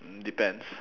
mm depends